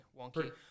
wonky